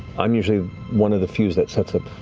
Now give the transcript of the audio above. i'm usually one of the few that sets up